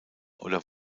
oder